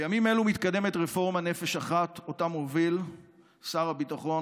בימים אלה מתקדמת רפורמת "נפש אחת" שמוביל שר הביטחון,